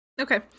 Okay